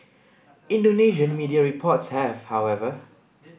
Indonesian media reports have however